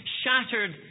shattered